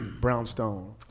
Brownstone